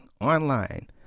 online